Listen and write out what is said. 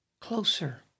closer